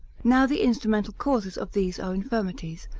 now the instrumental causes of these our infirmities,